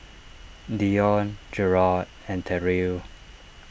Dione Jerrod and Terrill